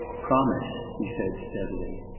promise, he said, steadily.